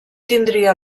tindria